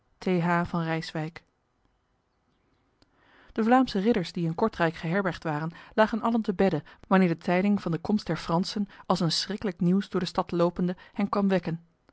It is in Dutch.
van ryswyck de vlaamse ridders die in kortrijk geherbergd waren lagen allen te bedde wanneer de tijding van de komst der fransen als een schrikkelijk nieuws door de stad lopende hen kwam wekken